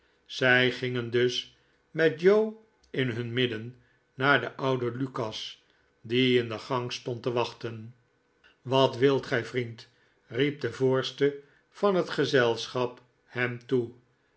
zij gingen dus met joe in nun midden naar den ouden lukas die in de gang stond te wachten wat wilt gij vriend riep de voorste van net gezelschap hem toe